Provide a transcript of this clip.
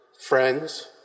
friends